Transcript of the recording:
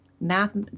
math